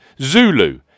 ZULU